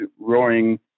roaring